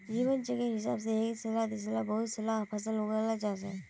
जीवन चक्रेर हिसाब से एक साला दिसाला बहु साला फसल उगाल जाहा